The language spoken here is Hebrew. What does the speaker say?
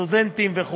סטודנטים וכו',